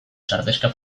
sardexka